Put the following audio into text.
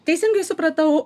teisingai supratau